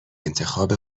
انتخاب